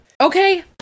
okay